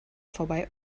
vorbei